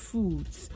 Foods